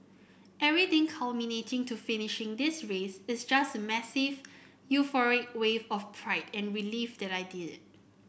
everything culminating to finishing this race is just a massive euphoric wave of pride and relief that I did it